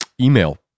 email